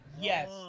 Yes